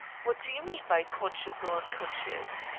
what do you mean by conscious or unconscious?